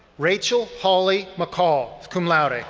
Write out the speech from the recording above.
rachel holly mccall, cum laude.